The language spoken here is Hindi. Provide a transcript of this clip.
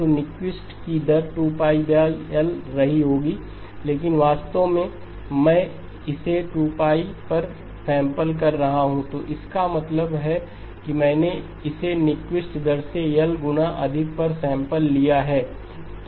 तो न्यूक्विस्ट की दर 2π L रही होगी लेकिन वास्तव में मैं इसे 2 पर सैंपल कर रहा हूं तो इसका मतलब है कि मैंने इसे न्यूक्विस्ट दर से L गुना अधिक पर सैंपल लिया है